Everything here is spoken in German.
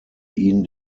ihn